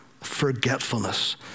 forgetfulness